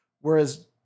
Whereas